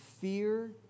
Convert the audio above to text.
fear